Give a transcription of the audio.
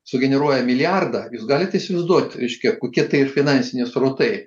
sugeneruoja miliardą jūs galit įsivaizduot reiškia kokie tai ir finansiniai srautai